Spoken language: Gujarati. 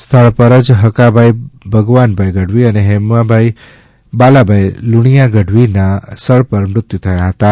સ્થળપરજ હકાભાઈ ભગવાનભાઈ ગઢવી અને હેમુભાઈ બાલાભાઈ લુણીયા ગઢવીનાં સ્થળપર મૃત્યુ થયાં હતાં